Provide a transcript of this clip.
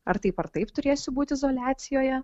ar taip ar taip turėsiu būt izoliacijoje